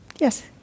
Yes